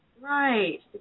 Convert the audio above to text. right